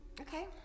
okay